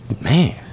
man